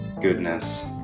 goodness